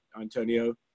Antonio